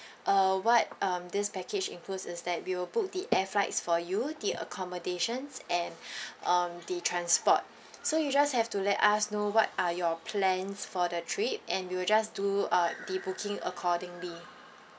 uh what um this package includes is that we will book the air flights for you the accommodations and um the transport so you just have to let us know what are your plans for the trip and we will just do uh the booking accordingly